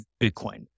Bitcoin